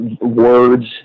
words